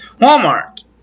Walmart